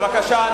בבקשה.